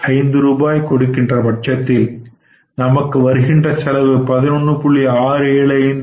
5 ரூபாய் கொடுக்கின்ற பட்சத்தில் நமக்கு வருகின்ற செலவு 11